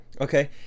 Okay